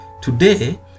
today